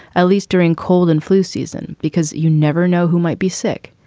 at least during cold and flu season, because you never know who might be sick.